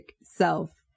self